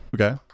Okay